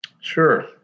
Sure